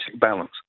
balance